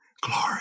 Glory